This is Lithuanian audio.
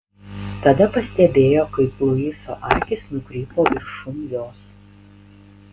tada pastebėjo kaip luiso akys nukrypo viršum jos